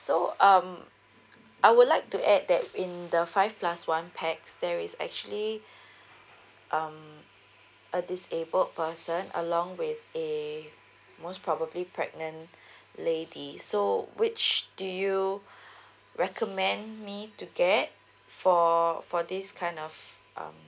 so um I would like to add that in the five plus one pax there is actually um a disabled person along with a most probably pregnant lady so which do you recommend me to get for for this kind of um